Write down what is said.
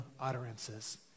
utterances